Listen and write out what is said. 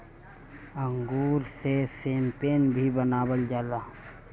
अंगूर से शैम्पेन भी बनावल जाला